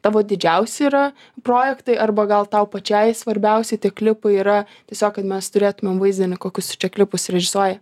tavo didžiausi yra projektai arba gal tau pačiai svarbiausi tie klipai yra tiesiog kad mes turėtumėm vaizdinį kokius tu čia klipus režisuoji